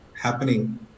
happening